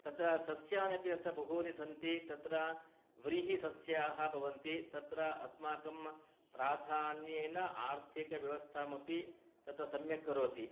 तत्र सस्यानि अपि तत्र बहूनि सन्ति तत्र व्रीहिसस्याः भवन्ति तत्र अस्माकं प्राधान्येन आर्थिकव्यवस्थामपि तत् सम्यक् करोति